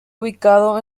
ubicado